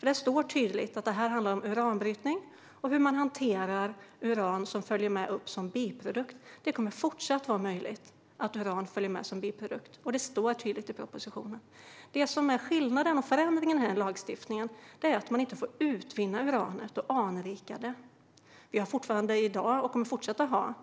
Där står det tydligt att det här handlar om uranbrytning och hur man hanterar det uran som följer med upp som biprodukt, och det kommer fortsatt att vara möjligt. Detta står tydligt och klart i propositionen. Det som är skillnaden och förändringen i denna lagstiftning är att man inte får utvinna och anrika uranet. Vi har fortfarande i dag och kommer att fortsätta ha